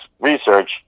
research